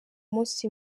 munsi